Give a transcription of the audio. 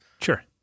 sure